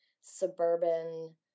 suburban